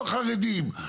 לא חרדים,